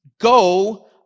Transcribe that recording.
Go